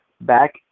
back